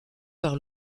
par